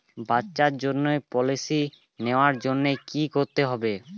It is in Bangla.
বাচ্চার জন্য পলিসি নেওয়ার জন্য কি করতে হবে?